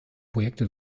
projekte